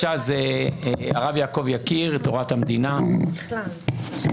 הרב יעקב יקיר, תורת המדינה, בבקשה.